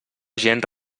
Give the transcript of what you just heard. gent